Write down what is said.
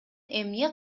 эмне